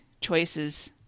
choices